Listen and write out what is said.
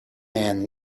man